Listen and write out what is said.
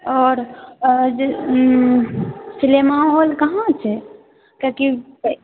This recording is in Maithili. आओर आओर जे सिनेमा हॉल कहाँ छै किए कि